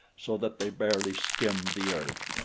so that they barely skimmed the earth.